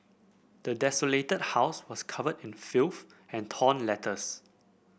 the desolated house was covered in filth and torn letters